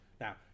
now